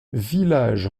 village